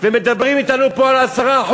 ומדברים אתנו פה על 10%,